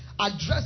Address